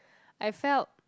I felt